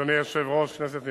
אדוני היושב-ראש, כנסת נכבדה,